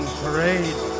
parade